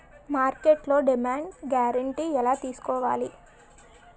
మార్కెట్లో demand guarantee ఎలా తెల్సుకోవాలి?